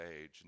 age